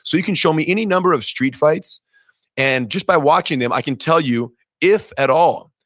so you can show me any number of street fights and just by watching them i can tell you if at all,